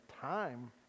time